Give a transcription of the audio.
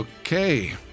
Okay